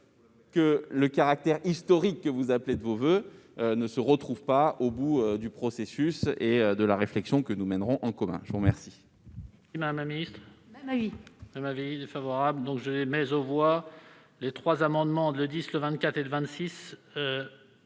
que le caractère historique que vous appelez de vos voeux ne se retrouve pas au terme du processus et de la réflexion que nous mènerons en commun. Quel